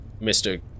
Mr